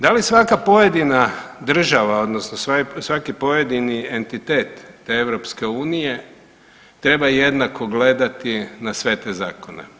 Da li svaka pojedina država, odnosno svaki pojedini entitet te EU treba jednako gledati na sve te zakone.